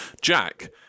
jack